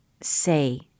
say